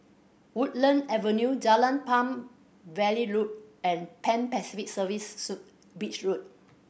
Woodlands Avenue Jalan Palm Valley Road and Pan Pacific Serviced Suite Beach Road